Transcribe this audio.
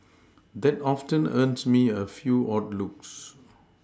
that often earns me a few odd looks